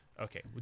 Okay